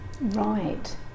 Right